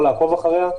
לא לעקוב אחריה,